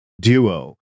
duo